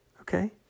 okay